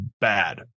bad